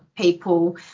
people